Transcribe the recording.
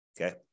okay